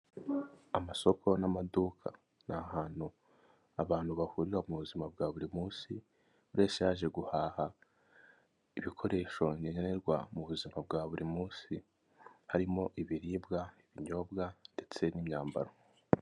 Amasoko n'amaduka ni ahantu abantu bahurira mu buzima bwa buri munsi buri wese yaje guhaha, ibikoresho nkenerwa mu buzima bwa buri munsi harimo ibiribwa, ibinyobwa ndetse n'imyambaro.